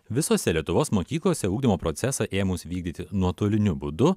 visose lietuvos mokyklose ugdymo procesą ėmus vykdyti nuotoliniu būdu